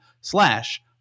slash